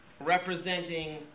representing